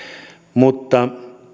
mutta